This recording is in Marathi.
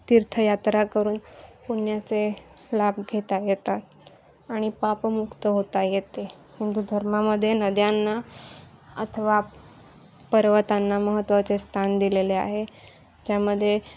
तीर्थयात्रा करून पुण्याचे लाभ घेता येतात आणि पापमुक्त होता येते हिंदू धर्मामध्ये नद्यांना अथवा पर्वतांना महत्त्वाचे स्थान दिलेले आहे ज्यामध्ये